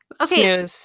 Okay